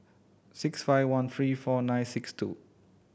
six five one three four nine six two